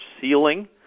ceiling